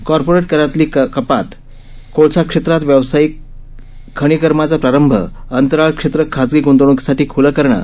कार्परिट करातली कपात कोळसा क्षेत्रात व्यावसायिक खनिकर्माचा प्रारंभ अंतराळ क्षेत्र खाजगी ग्रंतवणूकीसाठी खुलं करणं